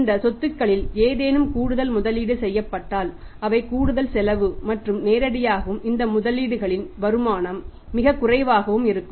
இந்த சொத்துக்களில் ஏதேனும் கூடுதல் முதலீடு செய்யப்பட்டால் அவை கூடுதல் செலவு மற்றும் நேரடியாகவும் இந்த முதலீடுகளின் வருமானம் மிகக் குறைவாகவும் இருக்கும்